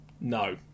No